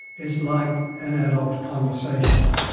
is like an adult conversation.